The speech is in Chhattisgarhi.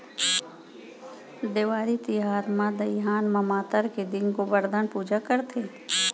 देवारी तिहार म दइहान म मातर के दिन गोबरधन पूजा करथे